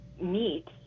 meet